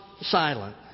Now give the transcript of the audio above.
silent